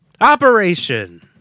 Operation